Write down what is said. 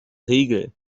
regel